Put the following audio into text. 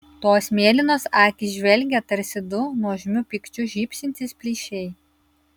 tos mėlynos akys žvelgė tarsi du nuožmiu pykčiu žybsintys plyšiai